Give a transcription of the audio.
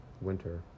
Winter